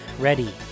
ready